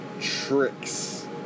tricks